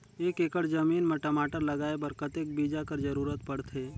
एक एकड़ जमीन म टमाटर लगाय बर कतेक बीजा कर जरूरत पड़थे?